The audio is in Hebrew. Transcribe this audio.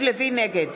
נגד